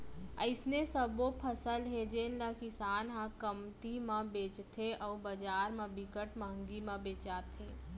अइसने सबो फसल हे जेन ल किसान ह कमती म बेचथे अउ बजार म बिकट मंहगी म बेचाथे